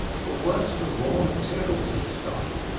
but words are the raw materials of style,